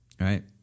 right